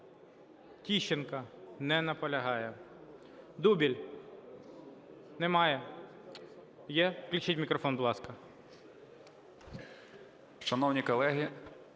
Тищенко. Не наполягає. Дубіль. Немає.